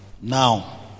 Now